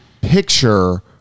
picture